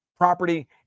Property